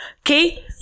Okay